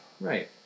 Right